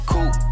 Cool